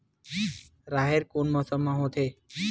राहेर कोन मौसम मा होथे?